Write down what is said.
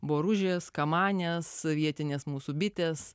boružės kamanės vietinės mūsų bitės